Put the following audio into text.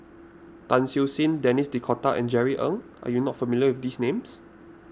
Tan Siew Sin Denis D'Cotta and Jerry Ng are you not familiar with these names